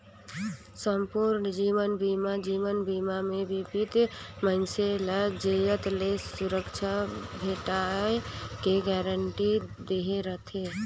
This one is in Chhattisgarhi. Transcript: संपूर्न जीवन बीमा जीवन बीमा मे बीमित मइनसे ल जियत ले सुरक्छा भेंटाय के गारंटी दहे रथे